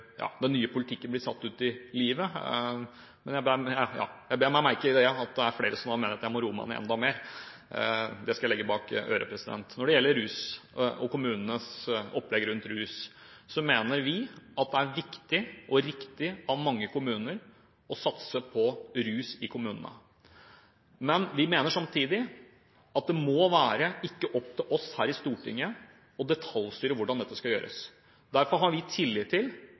den nye politikken blir satt ut i livet. Men jeg bet meg merke i at det er flere som mener at jeg må roe meg ned enda mer. Det skal jeg skrive meg bak øret. Når det gjelder kommunenes opplegg rundt rus, mener vi at det er viktig og riktig av mange kommuner å satse på rusfeltet i kommunene. Men vi mener samtidig at det ikke må være opp til oss her i Stortinget å detaljstyre hvordan dette skal gjøres. Derfor har vi tillit til